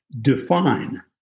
define